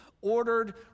ordered